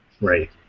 right